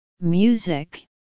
music